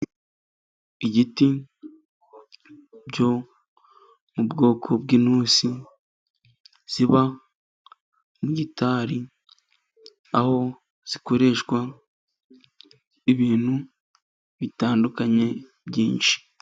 Igiti cyo mu bwoko bw'intusi, ziba mu gitari, aho zikoreshwa ibintu bitandukanye byinshi.